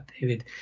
David